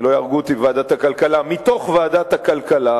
שלא יהרגו אותי בוועדת הכלכלה, מתוך ועדת הכלכלה.